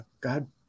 God